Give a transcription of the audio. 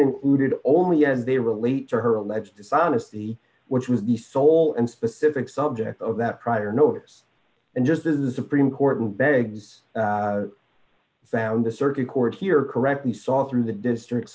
included only and they relate to her alleged dishonesty which was the sole and specific subject of that prior notice and just as the supreme court and begs found the circuit court here correctly saw through the district